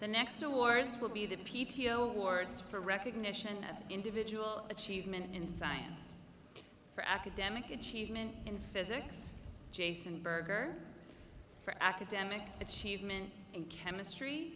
the next awards will be the p t o boards for recognition of individual achievement in science for academic achievement in physics jason berger for academic achievement and chemistry